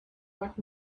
what